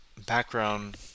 background